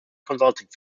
consulting